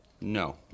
no